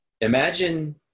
imagine